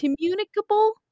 communicable